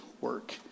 work